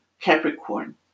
Capricorn